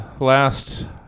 last